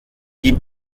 die